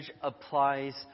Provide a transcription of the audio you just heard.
applies